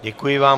Děkuji vám.